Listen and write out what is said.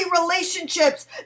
relationships